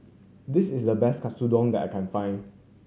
this is the best Katsudon that I can find